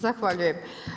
Zahvaljujem.